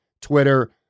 Twitter